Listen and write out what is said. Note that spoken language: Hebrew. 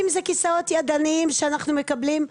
אם זה כיסאות ידניים שאנחנו מקבלים,